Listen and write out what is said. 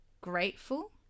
grateful